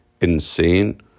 insane